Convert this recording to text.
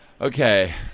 Okay